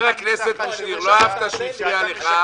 חבר הכנסת קושניר ניסה לזרות כאן חול בעיניי הציבור